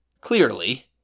clearly